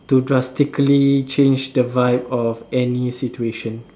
to drastically change the vibe of any situation